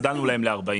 הגדלנו להם ל-40%.